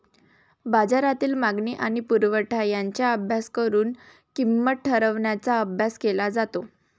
बाजारातील मागणी आणि पुरवठा यांचा अभ्यास करून किंमत ठरवण्याचा अभ्यास केला जातो